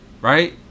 right